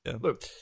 look